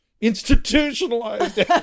institutionalized